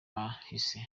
yahise